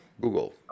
Google